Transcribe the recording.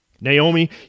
Naomi